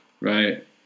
Right